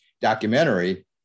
documentary